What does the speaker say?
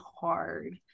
hard